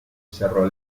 cerro